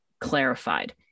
clarified